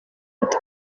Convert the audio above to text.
inda